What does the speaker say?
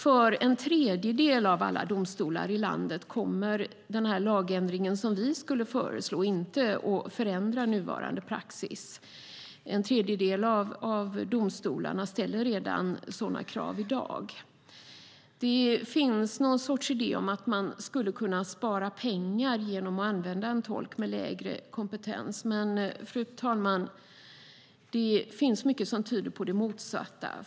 För en tredjedel av alla domstolar i landet kommer lagändringen som vi skulle föreslå inte att förändra nuvarande praxis. En tredjedel av domstolarna ställer de redan i dag sådana krav. Det finns någon sorts idé om att man skulle kunna spara pengar genom att använda en tolk med lägre kompetens. Men, fru talman, det finns mycket som tyder på det motsatta.